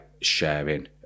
sharing